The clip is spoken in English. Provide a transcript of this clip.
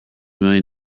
million